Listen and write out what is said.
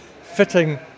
fitting